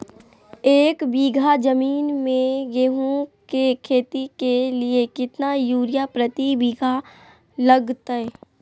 एक बिघा जमीन में गेहूं के खेती के लिए कितना यूरिया प्रति बीघा लगतय?